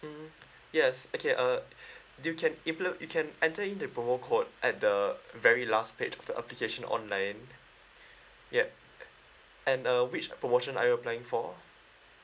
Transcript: mm yes okay uh you can if lo~ you can enter in the promo code at the very last page of the application online ya and uh which promotion are you applying for